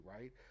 right